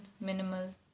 minimal